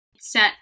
set